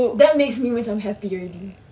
that makes me macam happy already